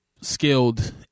skilled